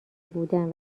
بودن